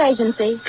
Agency